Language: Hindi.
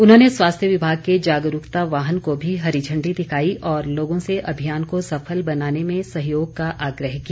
उन्होंने स्वास्थ्य विभाग के जागरूकता वाहन को भी हरी झण्डी दिखाई और लोगों से अभियान को सफल बनाने में सहयोग का आग्रह किया